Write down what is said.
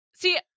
See